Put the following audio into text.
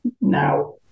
Now